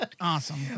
Awesome